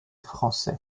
français